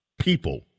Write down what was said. people